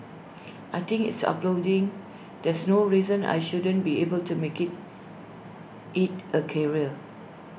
I think is uploading there's no reason I shouldn't be able to make IT A A career